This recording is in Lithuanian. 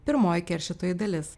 pirmoji keršytojų dalis